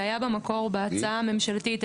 שהיה במקור בהצעה הממשלתית,